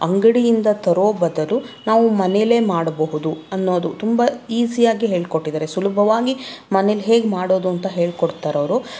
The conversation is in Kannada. ಅಂಗಡಿಯಿಂದ ತರೋ ಬದಲು ನಾವು ಮನೆಲೇ ಮಾಡಬಹುದು ಅನ್ನೋದು ತುಂಬ ಈಸಿಯಾಗಿ ಹೇಳ್ಕೊಟ್ಟಿದ್ದಾರೆ ತುಂಬ ಸುಲಭವಾಗಿ ಮನೆಲ್ಲಿ ಹೇಗೆ ಮಾಡೋದು ಅಂತ ಹೇಳ್ಕೊಡ್ತಾರವ್ರು